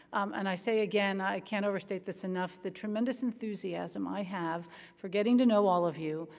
and i say again i can't overstate this enough. the tremendous enthusiasm i have for getting to know all of you,